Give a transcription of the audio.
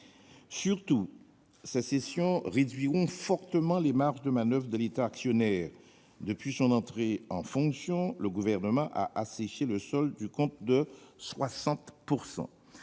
Surtout, ces cessions réduiront fortement les marges de manoeuvre de l'État actionnaire. Depuis son entrée en fonction, le Gouvernement a asséché de 60 % le solde de ce